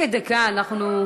חכה דקה, אנחנו,